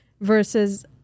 versus